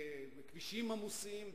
בכבישים עמוסים,